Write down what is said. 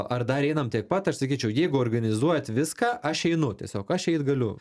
ar dar einam tiek pat aš sakyčiau jeigu organizuojat viską aš einu tiesiog aš eit galiu